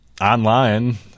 online